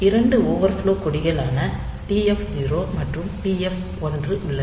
2 overflow கொடிகளான TF 0 மற்றும் TF 1 உள்ளன